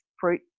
fruit